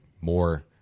more